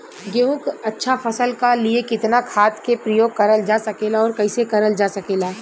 गेहूँक अच्छा फसल क लिए कितना खाद के प्रयोग करल जा सकेला और कैसे करल जा सकेला?